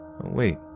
Wait